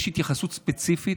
יש התייחסות ספציפית,